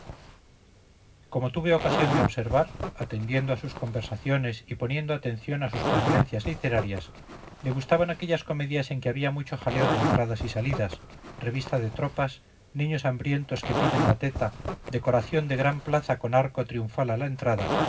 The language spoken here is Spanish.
como tuve ocasión de observar atendiendo a sus conversaciones y poniendo atención a sus preferencias literarias le gustaban aquellas comedias en que había mucho jaleo de entradas y salidas revista de tropas niños hambrientos que piden la teta decoración de gran plaza con arco triunfal a la entrada